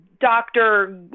doctor